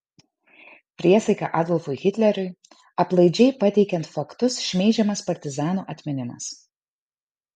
priesaika adolfui hitleriui aplaidžiai pateikiant faktus šmeižiamas partizanų atminimas